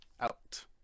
out